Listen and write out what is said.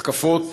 התקפות,